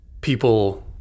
people